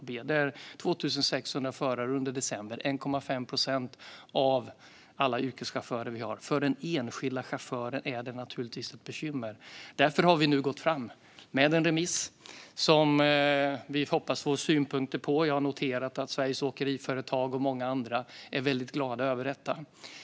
Under december är det 2 600, vilket är 1,5 procent av Sveriges alla yrkeschaufförer. För den enskilda chauffören är detta givetvis ett bekymmer, och därför har vi nu gått fram med ett förslag som vi hoppas få synpunkter på. Jag har noterat att Sveriges åkeriföretag och många andra är glada över detta.